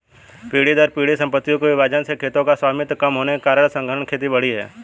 पीढ़ी दर पीढ़ी सम्पत्तियों के विभाजन से खेतों का स्वामित्व कम होने के कारण सघन खेती बढ़ी है